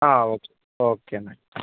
ആ okay okay എന്നാൽ